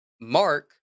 Mark